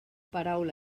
paraula